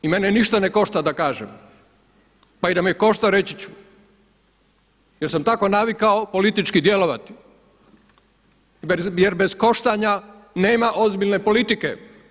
I mene ništa ne košta da kažem, pa i da me košta reći ću jer sam tako navikao politički djelovati jer bez koštanja nema ozbiljne politike.